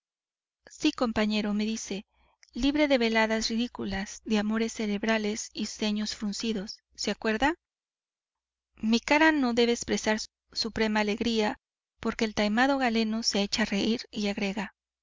elvira sí compañero me dice libre de veladas ridículas de amores cerebrales y ceños fruncidos se acuerda mi cara no debe expresar suprema alegría porque el taimado galeno se echa a reir y agrega